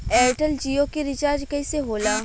Airtel Jio के recharge कैसे होला?